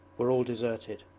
were all deserted.